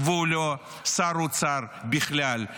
והוא לא שר אוצר בכלל,